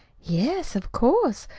yes, of course,